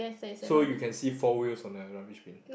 so you can see four wheels on the rubbish bin